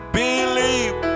believe